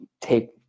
take